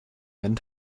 einen